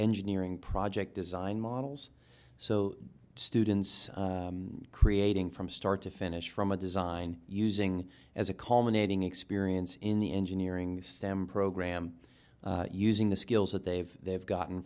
engineering project design models so students creating from start to finish from a design using as a colonnade ing experience in the engineering stamp program using the skills that they've they've gotten